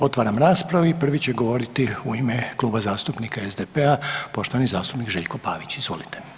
Otvaram raspravu i prvi će govoriti u ime Kluba zastupnika SDP-a poštovani zastupnik Željko Pavić, izvolite.